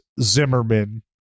Zimmerman